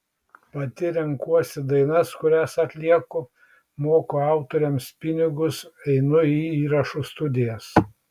pati renkuosi dainas kurias atlieku moku autoriams pinigus einu į įrašų studijas